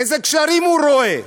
איזה גשרים הוא רואה?